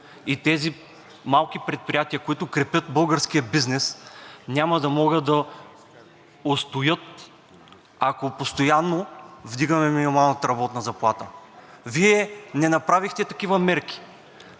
и тези малки предприятия, които крепят българския бизнес, няма да могат да устоят, ако постоянно вдигаме минималната работна заплата. Вие не направихте такива мерки,